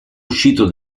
uscito